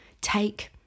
take